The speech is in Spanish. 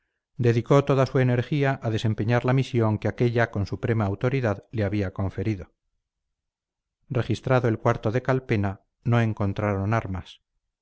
dedicó toda su energía a desempeñar la misión que aquella con suprema autoridad le había conferido registrado el cuarto de calpena no encontraron armas